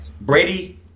Brady